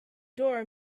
door